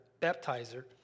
baptizer